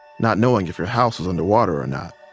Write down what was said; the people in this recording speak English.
not knowing if your house was underwater or not.